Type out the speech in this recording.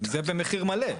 זה במחיר מלא,